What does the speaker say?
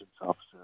officer